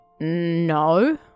No